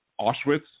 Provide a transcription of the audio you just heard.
Auschwitz